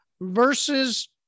versus